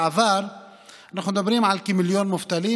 אנחנו מדברים על כמיליון מובטלים,